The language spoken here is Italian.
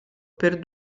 per